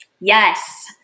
Yes